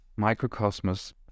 microcosmos